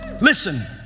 Listen